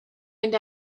and